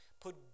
put